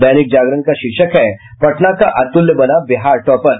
दैनिक जागरण का शीर्षक है पटना का अत्रल्य बना बिहार टॉपर